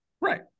Right